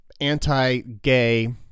anti-gay